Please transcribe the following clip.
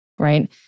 right